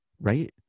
right